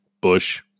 Bush